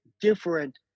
different